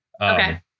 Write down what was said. Okay